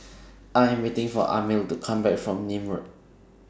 I Am waiting For Amil to Come Back from Nim Road